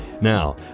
Now